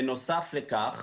בנוסף לכך,